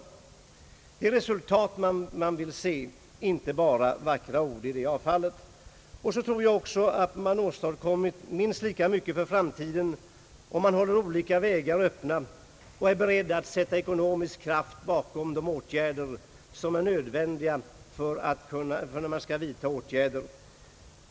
Det är resultat man vill se, inte bara vackra ord. Man åstadkommer minst lika mycket för framtiden, om man håller olika vägar öppna och är beredd att sätta ekonomisk kraft bakom de åtgärder som är nödvändiga att vidtaga.